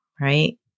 Right